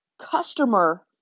customer